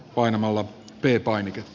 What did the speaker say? painamalla piipai